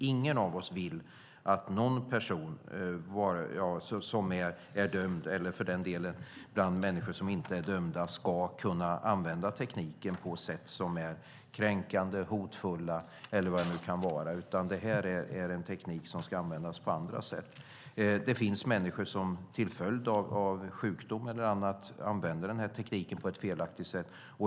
Ingen av oss vill att någon person som är dömd, eller för den delen människor som inte är dömda, ska kunna använda tekniken på sätt som är kränkande och hotfulla, utan det är en teknik som ska användas på andra sätt. Det finns människor som till följd av sjukdom eller annat använder tekniken på ett felaktigt sätt.